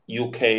UK